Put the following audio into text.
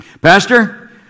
Pastor